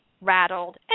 rattled